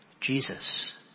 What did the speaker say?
Jesus